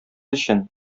өчен